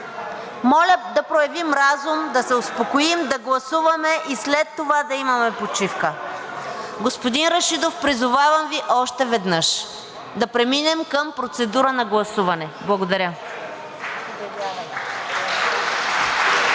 Моля да проявим разум, да се успокоим, да гласуваме и след това да имаме почивка. Господин Рашидов, призовавам Ви още веднъж да преминем към процедура на гласуване. Благодаря.